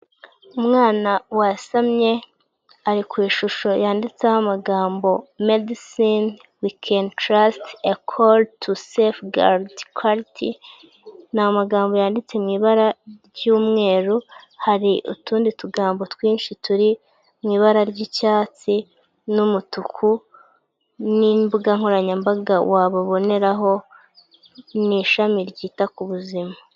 Umwana wasamye ari ku ishusho yanditseho amagambo medisine wikeni tarasite ekoru tosefugaride kariti, ni amagambo yanditse mu ibara ry'umweru hari utundi tugambo twinshi turi mu ibara ry'icyatsi n'umutuku n'imbuga nkoranyambaga waboneraho, n'ishami ryita ku buzima.